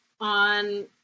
on